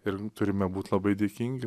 ir turime būt labai dėkingi